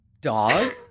Dog